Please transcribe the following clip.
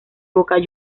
boca